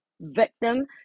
victim